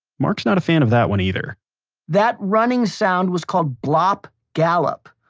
mark's not a fan of that one either that running sound was called blop gallop.